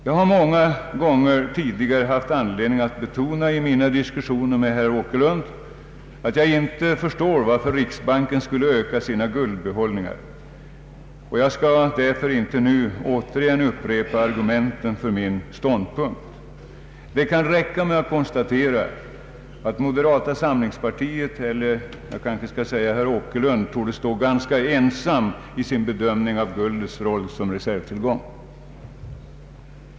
Jag har många gånger tidigare haft anledning att i mina diskussioner med herr Åkerlund betona att jag inte förstår, varför riksbanken skulle öka sina guldbehållningar. Jag skall därför inte nu återigen upprepa argumenten för min ståndpunkt. Det kan räcka med att konstatera att moderata samlingspartiet — eller skall jag säga herr Åkerlund — torde stå ganska ensam i sin bedömning av guldets roll som reservtillgång.